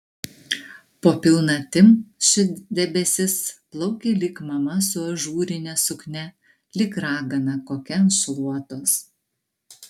po pilnatim šit debesis plaukė lyg mama su ažūrine suknia lyg ragana kokia ant šluotos